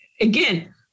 again